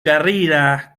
carrera